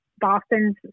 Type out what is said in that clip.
Boston